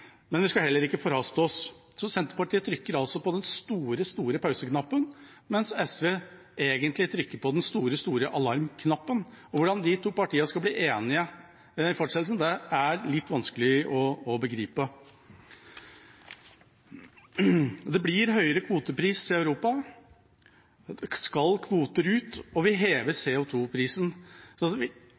men vi skal ikke forhaste oss. Senterpartiet trykker altså på den store pauseknappen, mens SV egentlig trykker på den store alarmknappen. Hvordan de to partiene skal bli enige i fortsettelsen, er litt vanskelig å begripe. Det blir høyere kvotepris i Europa. Skal kvoter ut, må vi heve CO 2 -prisen. Vi